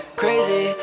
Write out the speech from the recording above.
crazy